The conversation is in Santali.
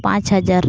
ᱯᱟᱸᱪ ᱦᱟᱡᱟᱨ